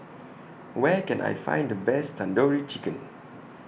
Where Can I Find The Best Tandoori Chicken